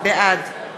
בעד